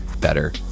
better